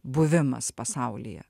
buvimas pasaulyje